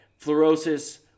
fluorosis